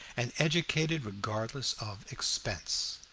and educated regardless of expense.